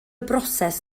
broses